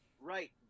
Right